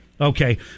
Okay